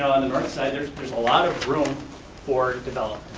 on the market side, there's there's a lot of room for development,